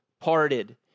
parted